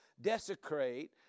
desecrate